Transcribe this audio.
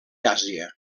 àsia